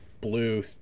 blue